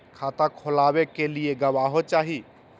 खाता खोलाबे के लिए गवाहों चाही?